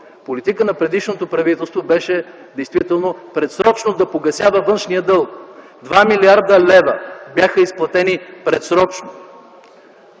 Политика на предишното правителство беше действително предсрочно да погасява външния дълг. Два милиарда лева бяха изплатени предсрочно